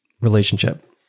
relationship